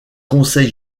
conseil